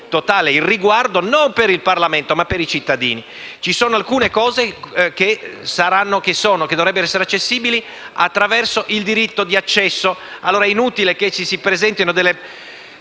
di rispetto non per il Parlamento, ma per i cittadini. Ci sono alcune cose che dovrebbero essere valutabili attraverso il diritto di accesso. Allora è inutile che ci si presentino delle